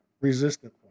resistant